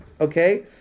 Okay